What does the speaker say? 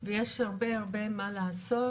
ויש הרבה הרבה מה לעשות